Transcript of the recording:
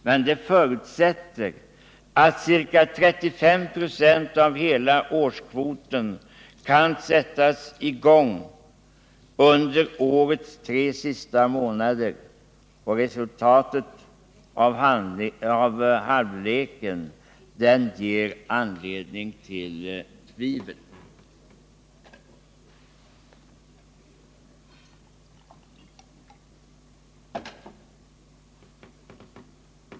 Men det förutsätter att ca 35 26 av hela årskvoten kan sättas i gång under årets tre sista månader. Resultatet av halvleken ger anledning till tvivel.